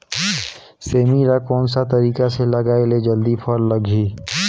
सेमी ला कोन सा तरीका से लगाय ले जल्दी फल लगही?